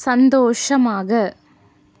சந்தோஷமாக